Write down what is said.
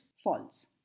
false